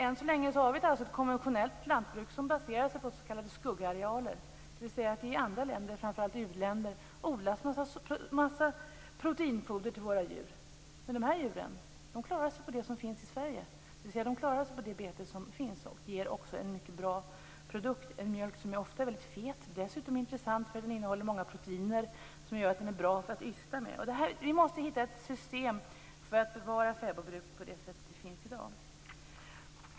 Än så länge har vi ett konventionellt lantbruk som baserar sig på s.k. skuggarealer, dvs. att det i andra länder, framför allt i uländer, odlas en massa proteinfoder till våra djur. Men de här djuren klarar sig på det bete som finns i Sverige och ger också en mycket bra produkt, en mjölk som ofta är väldigt fet. Den är dessutom intressant därför att den innehåller många proteiner som gör att den är bra för ystning. Vi måste finna ett system för att bevara de fäbodbruk som finns i dag.